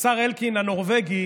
השר אלקין הנורבגי